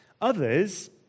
Others